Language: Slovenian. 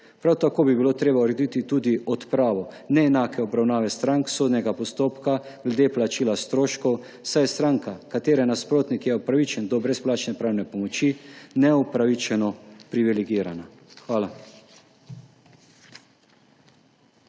Prav tako bi bilo treba urediti tudi odpravo neenake obravnave strank sodnega postopka glede plačila stroškov, saj je stranka, katere nasprotnik je upravičen do brezplačne pravne pomoči, neupravičeno privilegirana. Hvala.